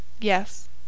Yes